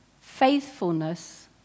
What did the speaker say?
faithfulness